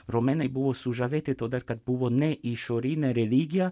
romėnai buvo sužavėti todėl kad buvo ne išorinė religija